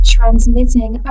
Transmitting